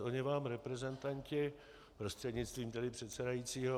Oni vám reprezentanti prostřednictvím tedy předsedajícího